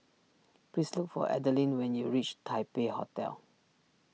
please look for Adeline when you reach Taipei Hotel